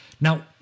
Now